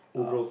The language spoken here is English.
uh